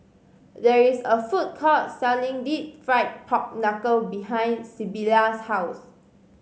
there is a food court selling Deep Fried Pork Knuckle behind Sybilla's house